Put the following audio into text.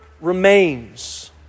remains